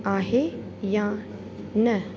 आहे या न